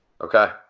okay